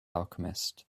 alchemist